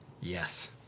Yes